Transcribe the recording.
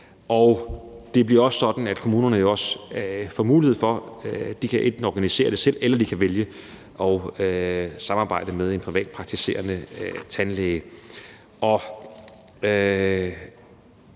Det bliver også sådan, at kommunerne får mulighed for at vælge enten at organisere det selv eller at samarbejde med en privatpraktiserende tandlæge.